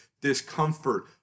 discomfort